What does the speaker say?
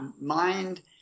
mind